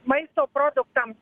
maisto produktams